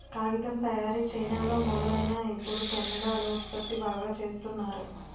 కాగితం తయారీ చైనాలో మొదలైనా ఇప్పుడు కెనడా లో ఉత్పత్తి బాగా చేస్తున్నారు